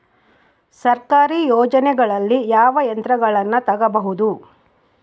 ಸರ್ಕಾರಿ ಯೋಜನೆಗಳಲ್ಲಿ ಯಾವ ಯಂತ್ರಗಳನ್ನ ತಗಬಹುದು?